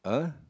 !huh!